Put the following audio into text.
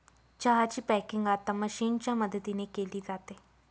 चहा ची पॅकिंग आता मशीनच्या मदतीने केली जाते